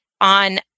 on